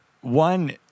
One